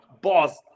boss